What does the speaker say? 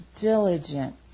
diligent